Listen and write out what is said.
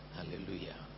Hallelujah